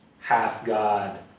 half-god